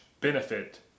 benefit